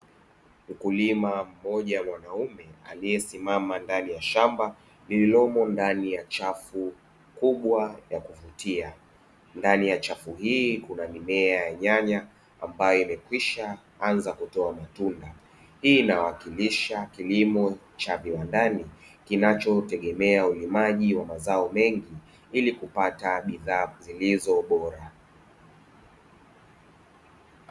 Mkulima mmoja mwanaume aliyesimama ndani ya shamba lililomo ndani ya chafu kubwa ya kuvutia ndani ya chafu, hii kuna mimea ya nyanya ambayo imekwisha anza kutoa matunda, hii inawakilisha kilimo cha viwandani kinachotegemea ulimaji wa mazao mengi ili kupata bidhaa zilizo bora.